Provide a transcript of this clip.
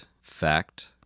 Fact